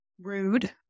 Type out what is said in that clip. rude